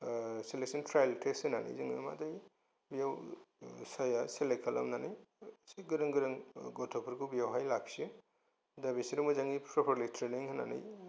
selection trial test होनानै जोङो मा दायो बियाव साइया सेलेग खालामनानै गोरों गोरों गथ'फोरखौ बेयावहाय लाखियो दा बिसोर मोजाङै प्रपारलि त्रेनिं होनानै